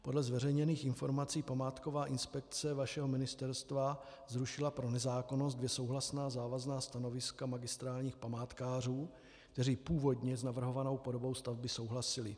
Podle zveřejněných informací památková inspekce vašeho ministerstva zrušila pro nezákonnost dvě souhlasná závazná stanoviska magistrátních památkářů, kteří původně s navrhovanou podobou stavby souhlasili.